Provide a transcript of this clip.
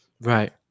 Right